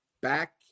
back